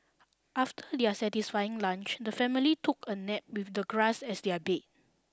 after their satisfying lunch the family took a nap with the grass as their bed